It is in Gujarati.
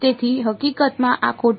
તેથી હકીકતમાં આ ખોટું છે